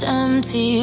empty